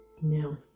No